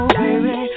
baby